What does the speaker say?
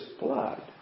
blood